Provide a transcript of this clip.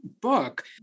book